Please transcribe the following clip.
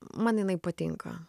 man jinai patinka